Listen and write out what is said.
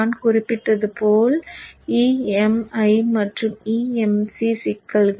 நான் குறிப்பிட்டது போல் EMI மற்றும் EMC சிக்கல்கள்